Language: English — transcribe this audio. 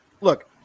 Look